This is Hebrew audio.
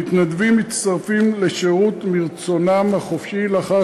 המתנדבים מצטרפים לשירות מרצונם החופשי לאחר